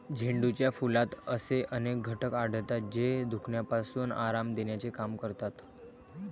झेंडूच्या फुलात असे अनेक घटक आढळतात, जे दुखण्यापासून आराम देण्याचे काम करतात